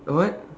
what